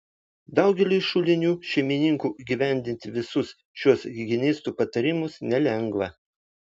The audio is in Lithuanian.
daugeliui šulinių šeimininkų įgyvendinti visus šiuos higienistų patarimus nelengva